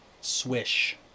Swish